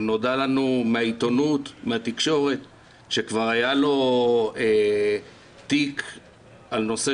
נודע לנו מהתקשורת שכבר היה לו תיק על נושא